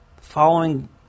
following